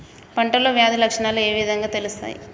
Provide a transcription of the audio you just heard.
పంటలో వ్యాధి లక్షణాలు ఏ విధంగా తెలుస్తయి?